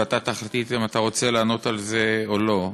ואתה תחליט אם אתה רוצה לענות על זה או לא: